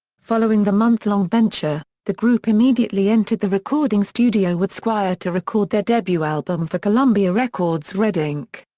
following the month-long venture, the group immediately entered the recording studio with squire to record their debut album for columbia records red ink.